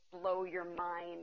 blow-your-mind